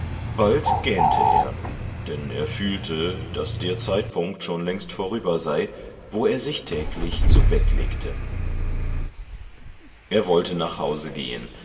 bald gähnte er denn er fühlte daß der zeitpunkt schon längst vorüber sei wo er sich täglich zu bett legte er wollte nach hause gehen